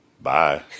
Bye